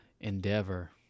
endeavor